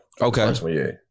Okay